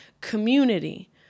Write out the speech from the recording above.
Community